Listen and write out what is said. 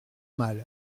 mal